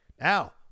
Now